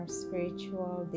spiritual